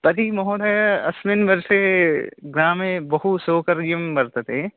तर्हि महोदयः अस्मिन् वर्षे ग्रामे बहु सोकर्यं वर्तते